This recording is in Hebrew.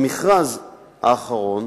במכרז האחרון,